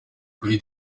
kuri